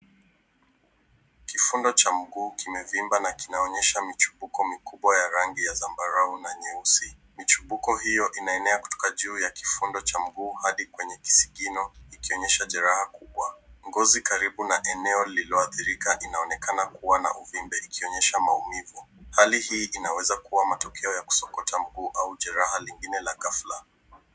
Kifundo cha mguu kimevimba na kinaonyesha michipuko mikubwa ya rangi ya zambarau na nyeusi. Michipuko hiyo inaenea kutoka juu ya kifundo cha mguu hadi kwenye kisigino ikionyesha jeraha kubwa. Ngozi karibu na eneo lililoathirika inaonekana kuwa na uvimbe ikionyesha maumivu. Hali hii inaweza kuwa matokeo ya kusokota mguu au jeraha lingine la ghafla.